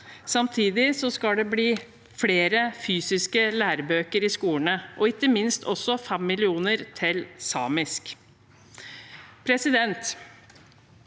Samtidig skal det bli flere fysiske lærebøker i skolene, og ikke minst skal 5 mill. kr gå til samisk. I